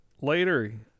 later